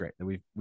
great